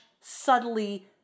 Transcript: subtly